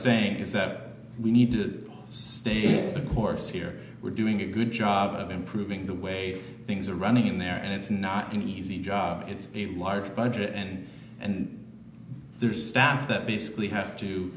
saying is that we need to stay the course here we're doing a good job of improving the way things are running in there and it's not an easy job it's a large budget and and their staff that basically have